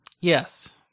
Yes